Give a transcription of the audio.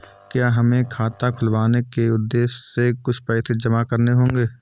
क्या हमें खाता खुलवाने के उद्देश्य से कुछ पैसे जमा करने होंगे?